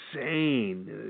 Insane